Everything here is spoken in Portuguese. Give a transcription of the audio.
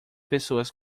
pessoas